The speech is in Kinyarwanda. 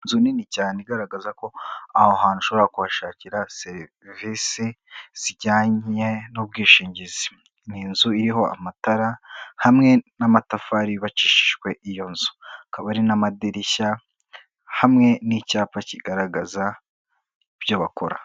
Inzu nini cyane igaragaza ko aho hantu ushobora kubashakira sevisi zijyanye n'ubwishingizi, ni inzu iriho amatara hamwe n'amatafari yubakishijwe iyo nzu, hakaba hari n'amadirishya, hamwe n'icyapa kigaragaza ibyo bakora.